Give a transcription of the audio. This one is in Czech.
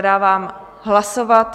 Dávám hlasovat.